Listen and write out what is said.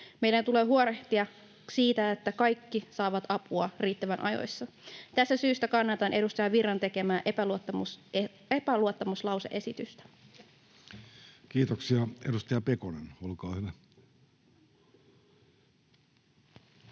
Meidän tulee huolehtia siitä, että kaikki saavat apua riittävän ajoissa. Tästä syystä kannatan edustaja Virran tekemää epäluottamuslause-esitystä. [Speech 222] Speaker: Jussi